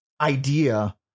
idea